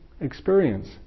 experience